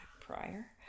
prior